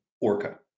Orca